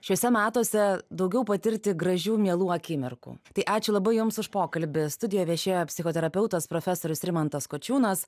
šiuose metuose daugiau patirti gražių mielų akimirkų tai ačiū labai jums už pokalbį studijo viešėjo psichoterapeutas profesorius rimantas kočiūnas